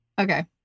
Okay